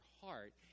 heart